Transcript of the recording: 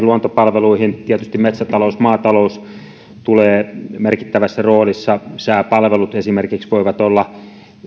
luontopalveluihin tietysti metsätalous ja maatalous tulevat merkittävässä roolissa esimerkiksi sääpalvelut voivat olla